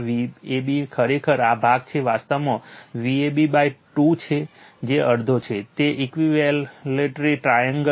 આ Vab ખરેખર આ ભાગ છે વાસ્તવમાં Vab 2 છે જે અડધો છે તે ઇક્વિલેટરલ ટ્રાએંગલ છે